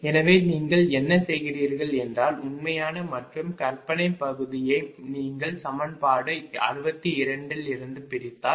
எனவே நீங்கள் என்ன செய்கிறீர்கள் என்றால் உண்மையான மற்றும் கற்பனை பகுதியை நீங்கள் சமன்பாடு 62 இலிருந்து பிரித்தால்